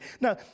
Now